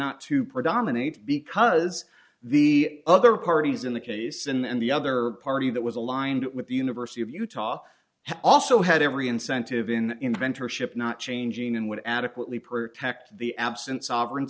not to predominate because the other parties in the case and the other party that was aligned with the university of utah also had every incentive in inventor ship not changing and would adequately protect the absence